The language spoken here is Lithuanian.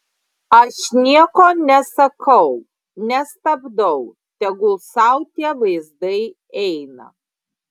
aš nieko nesakau nestabdau tegul sau tie vaizdai eina